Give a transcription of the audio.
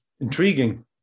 Intriguing